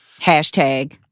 Hashtag